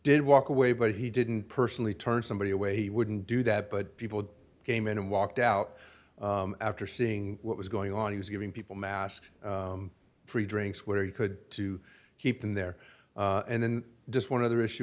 did walk away but he didn't personally turn somebody away he wouldn't do that but people came in and walked out after seeing what was going on he was giving people mask free drinks where you could to keep them there and then just one other issue